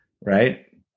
right